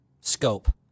scope